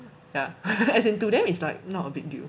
ya as in to them is like not a big deal